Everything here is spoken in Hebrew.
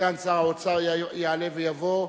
סגן שר האוצר, יעלה ויבוא,